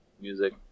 music